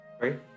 Right